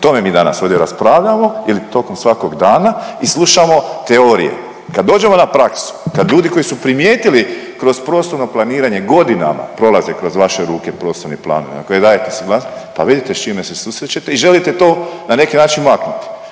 tome mi danas ovdje raspravljamo ili tokom svakog dana i slušamo teorije. Kad dođemo na praksu i kad ljudi koji su primijetili kroz prostorno planiranje, godinama prolaze kroz vaše ruke prostorni planovi, a koje dajete svima, pa vidite s čime se susrećete i želite to na neki način maknuti,